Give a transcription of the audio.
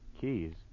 Keys